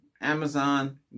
Amazon